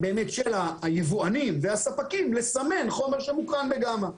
של היבואנים והספקים לסמן חומר שמוקרן בגמא.